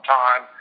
time